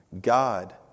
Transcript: God